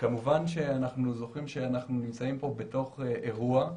אנחנו זוכרים שאנחנו נמצאים פה בתוך אירוע,